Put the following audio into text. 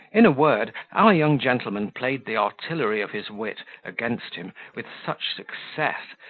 in a word, our young gentleman played the artillery of his wit against him with such success,